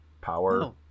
power